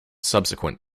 subsequent